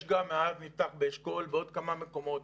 יש באשכול ובעוד כמה מקומות.